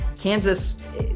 Kansas